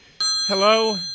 Hello